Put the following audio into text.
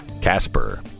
Casper